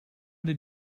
did